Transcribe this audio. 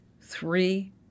three